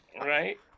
right